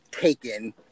taken